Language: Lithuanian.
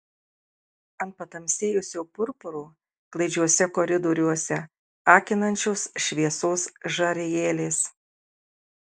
ant patamsėjusio purpuro klaidžiuose koridoriuose akinančios šviesos žarijėlės